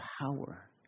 power